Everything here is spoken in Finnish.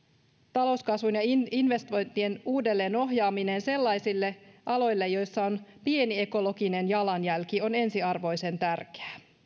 talouskasvun ja investointien uudelleenohjaaminen sellaisille aloille joilla on pieni ekologinen jalanjälki on ensiarvoisen tärkeää